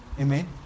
Amen